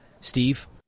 Steve